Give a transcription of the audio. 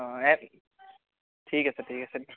অ' এ ঠিক আছে ঠিক আছে